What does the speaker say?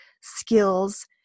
skills